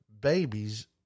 babies